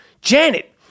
Janet